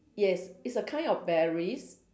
yes it's a kind of berries